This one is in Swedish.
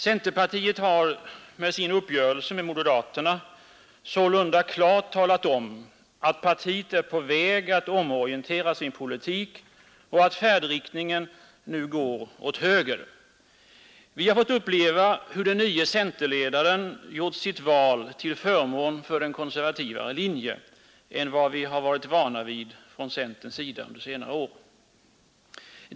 Centerpartiet har med sin uppgörelse med moderaterna sålunda klart talat om att partiet är på väg att omorientera sin politik och att färdriktningen nu går åt höger. Vi har fått uppleva hur den nye centerledaren gjort sitt val till förmån för en konservativare linje än vad vi har varit vana vid från centerns sida under senare år.